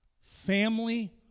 Family